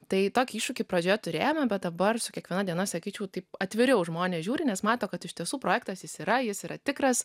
tai tokį iššūkį pradžioje turėjome bet dabar su kiekviena diena sakyčiau tai atviriau žmonės žiūri nes mato kad iš tiesų projektas yra jis yra tikras